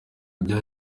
bya